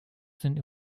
sind